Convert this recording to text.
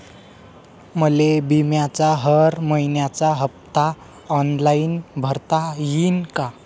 मले बिम्याचा हर मइन्याचा हप्ता ऑनलाईन भरता यीन का?